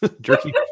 jerky